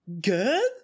good